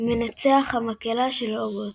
מנצח המקהלה של הוגוורטס.